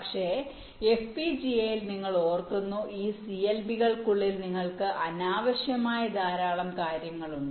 പക്ഷേ FPGA ൽ നിങ്ങൾ ഓർക്കുന്നു ഈ CLB കൾക്കുള്ളിൽ നിങ്ങൾക്ക് അനാവശ്യമായ ധാരാളം കാര്യങ്ങൾ ഉണ്ട്